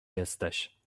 jesteś